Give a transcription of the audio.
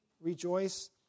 rejoice